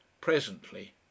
presently